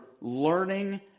learning